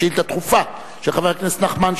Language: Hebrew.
שלעתים,